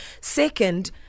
Second